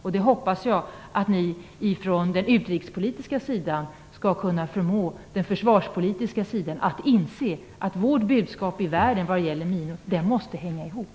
Jag hoppas att ni från den utrikespolitiska sidan skall kunna förmå den försvarspolitiska sidan att inse att vårt budskap i världen vad gäller minor måste hänga ihop.